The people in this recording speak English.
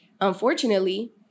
unfortunately